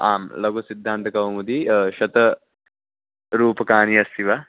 आं लघुगुसिद्धान्तकौमुदी शतरूप्यकाणि अस्ति वा